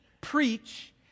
preach